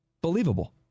believable